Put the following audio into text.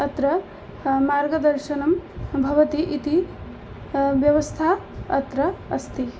अत्र मार्गदर्शनं भवति इति व्यवस्था अत्र अस्ति